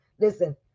listen